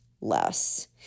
less